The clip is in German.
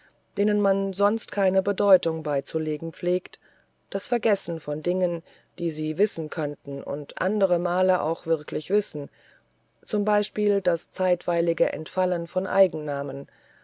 denen man sonst keine bedeutung beizulegen pflegt das vergessen von dingen die sie wissen könnten und andere male auch wirklich wissen z b das zeitweilige entfallen von